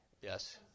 Yes